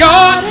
God